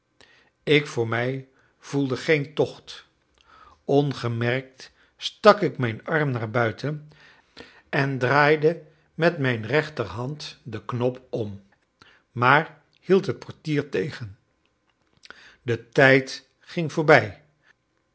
ik voor mij voelde geen tocht ongemerkt stak ik mijn arm naar buiten en draaide met mijn rechterhand den knop om maar hield het portier tegen de tijd ging voorbij